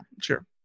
Sure